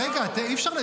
אי-אפשר.